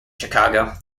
chicago